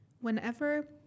whenever